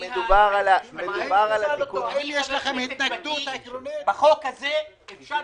מדובר על התיקון --- בחוק הזה אפשר